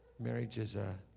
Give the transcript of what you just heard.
marriage is a